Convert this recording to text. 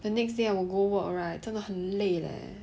the next day I will go work right 真的很累 leh